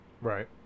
right